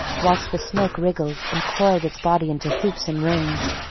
whilst the snake wriggled, and coiled its body into hoops and rings.